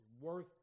worth